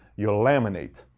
you laminate,